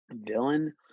villain